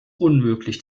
unmöglich